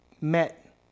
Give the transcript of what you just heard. met